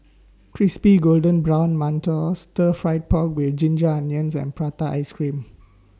Crispy Golden Brown mantou Stir Fried Pork with Ginger Onions and Prata Ice Cream